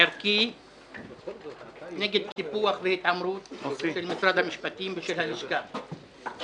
ערכי נגד קיפוח והתעמרות של משרד המשפטים ושל הלשכה.